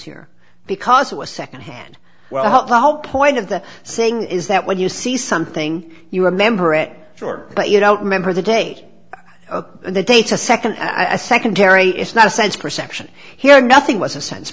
here because it was second hand well the whole point of the saying is that when you see something you remember it short but you don't remember the day and the day to second i secondary it's not a sense perception hearing nothing was a sense